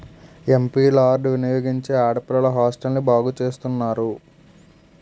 MP LAD వినియోగించి ఆడపిల్లల హాస్టల్ను బాగు చేస్తున్నారు